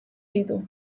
ditu